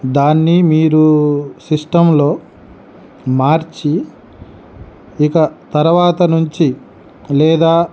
దాన్ని మీరు సిస్టమ్లో మార్చి ఇక తర్వాత నుంచి లేదా